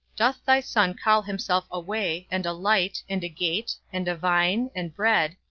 doth thy son call himself a way, and a light, and a gate, and a vine, and bread,